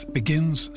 begins